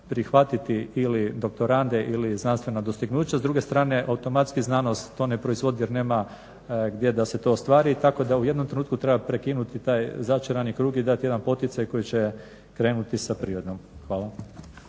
prihvatiti ili doktorante ili znanstvena dostignuća. S druge strane automatski znanost to ne proizvodi jer nema gdje da se to ostvari tako da u jednom trenutku treba prekinuti taj začarani krug i dati jedan poticaj koji će krenuti sa privredom. Hvala.